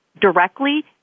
directly